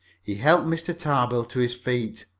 he helped mr. tarbill to his feet.